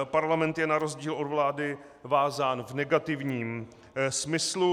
Parlament je na rozdíl od vlády vázán v negativním smyslu.